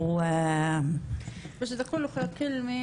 אבל כל סיפור יציג צד אחר של המשברים גם כלכלי,